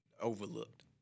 overlooked